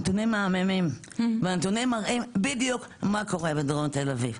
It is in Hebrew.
הנתונים מהימנים והנתונים מראים בדיוק מה קורה בדרום תל אביב,